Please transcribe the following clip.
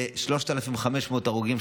היו 3,500 הרוגים,